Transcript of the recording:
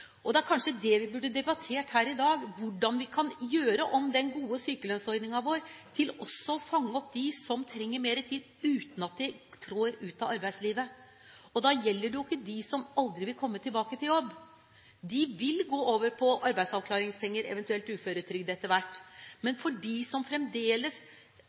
Det vi kanskje burde debattert her i dag, er hvordan vi kan gjøre om den gode sykelønnsordningen vår til også å fange opp dem som trenger mer tid for å unngå at de trår ut av arbeidslivet. Det gjelder ikke dem som aldri vil komme tilbake til jobb. De vil gå over på arbeidsavklaringspenger, eventuelt uføretrygd, etter hvert. Men for dem som fremdeles